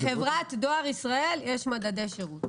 בחברת דואר ישראל יש מדדי שירות.